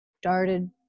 started